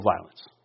violence